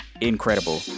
incredible